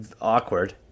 awkward